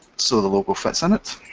so the logo fits in it.